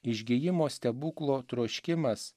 išgijimo stebuklo troškimas